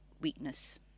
weakness